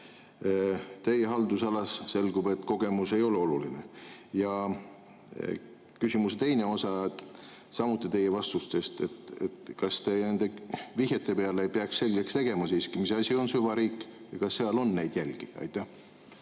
Teie haldusalas, selgub, et kogemus ei ole oluline. Küsimuse teine osa, samuti teie vastustest: kas te nende vihjete peale ei peaks selgeks tegema, mis asi on süvariik ja kas seal on neid jälgi? Aitäh,